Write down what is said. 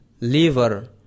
liver